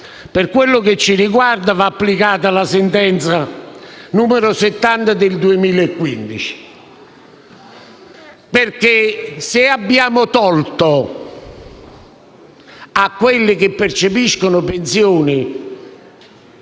Per quanto ci riguarda, va applicata la sentenza n. 70 del 2015, perché se abbiamo tolto a quelli che percepiscono pensioni